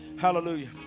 hallelujah